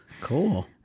Cool